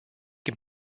can